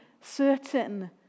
certain